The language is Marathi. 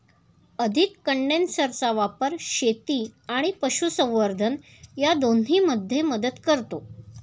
अधिक कंडेन्सरचा वापर शेती आणि पशुसंवर्धन या दोन्हींमध्ये मदत करतो